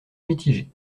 mitigé